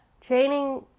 training